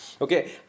okay